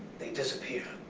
they disappear.